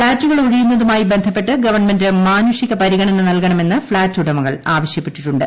ഫ്ളാറ്റുകൾ ഒഴിയുന്നതുമായി ബന്ധപ്പെട്ട് ഗവൺമെന്റ് മാനുഷിക പരിഗണന നൽകണമെന്ന് ഫ്ളാറ്റ് ഉടമകൾ ആവശ്യപ്പെട്ടിട്ടുണ്ട്